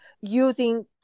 using